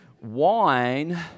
wine